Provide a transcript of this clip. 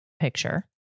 picture